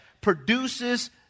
produces